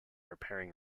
repairing